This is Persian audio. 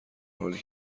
حالی